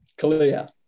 Kalia